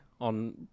on